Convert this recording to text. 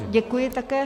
Děkuji také.